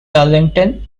darlington